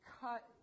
cut